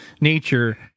nature